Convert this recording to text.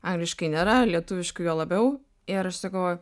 angliškai nėra lietuviškai juo labiau ir aš sakau o